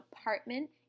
apartment